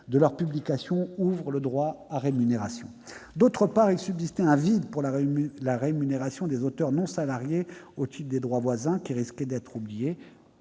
de leurs publications ouvre droit à rémunération. Ensuite, il subsistait un vide pour la rémunération des auteurs non salariés au titre des droits voisins qui risquaient d'être oubliés,